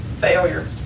Failure